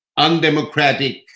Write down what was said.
undemocratic